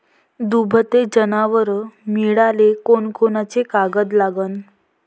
दुभते जनावरं मिळाले कोनकोनचे कागद लागन?